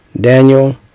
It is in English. Daniel